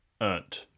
earned